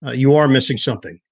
ah you are missing something.